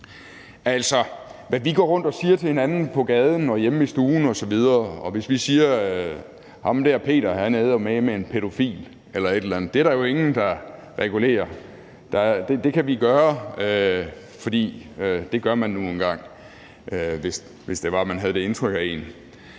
Altså, hvad vi går rundt og siger til hinanden på gaden, hjemme i stuen osv., og hvor vi kan sige, at ham der Peter er eddermame pædofil, er der er jo ingen der regulerer. Det kan vi gøre, for det gør man nu engang, hvis det er, at man har det indtryk af nogen.